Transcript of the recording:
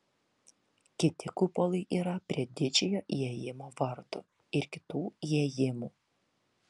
kiti kupolai yra prie didžiojo įėjimo vartų ir kitų įėjimų